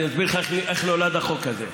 אני אסביר לך איך נולד החוק הזה.